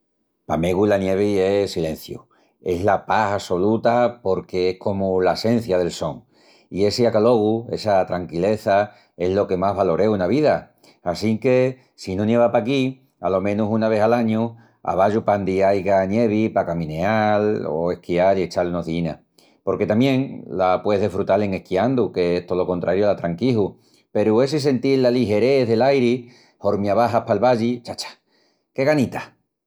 Pa megu la nievi es silenciu. Es la pas assoluta porque es comu l'assencia del son. I essi acalogu, essa tranquileza es lo que más valoreu ena vida. Assinque si no nieva paquí, alo menus una ves al añu, aballu pandi aiga nievi pa camineal o esquial i echal unus díinas. Porque tamién la pueis desfrutal en esquiandu, que es tolo contrariu al atranquiju, peru essi sentil la ligerés del'airi hormi abaxas pal valli... chacha, qué ganitas!